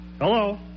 Hello